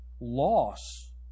loss